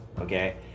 okay